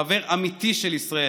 חבר אמיתי של ישראל,